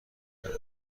داره